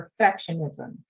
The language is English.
perfectionism